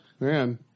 Man